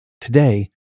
Today